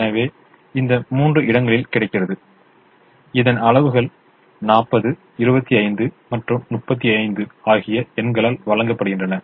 எனவே இது மூன்று இடங்களில் கிடைக்கிறது இதன் அளவுகள் 40 25 மற்றும் 35 ஆகிய எண்களால் வழங்கப்படுகின்றன